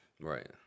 Right